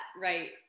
right